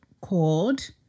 called